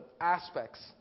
aspects